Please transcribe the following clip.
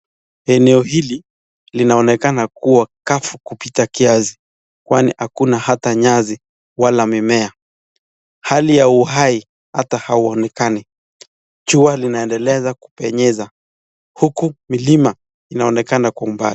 Eneo hili linaonekana kuwa kavu kupita kiasi kwani hakuna ata nyasi wala mimea. Hali ya uhai ata hauonekani. Jua linaendeleza kupenyeza uku milima inaonekana kwa umbali.